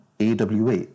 AWA